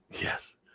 Yes